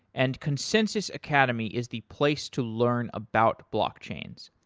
and consensys academy is the place to learn about block chains.